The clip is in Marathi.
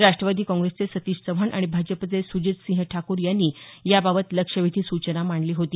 राष्ट्रवादी काँग्रेसचे सतीश चव्हाण आणि भाजपचे सुजितसिंह ठाकूर यांनी याबाबत लक्षवेधी सूचना मांडली होती